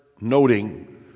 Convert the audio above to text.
noting